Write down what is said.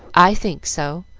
i think so,